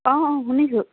অ অ শুনিছোঁ